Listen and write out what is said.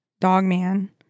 dogman